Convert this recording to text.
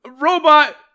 Robot